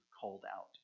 called-out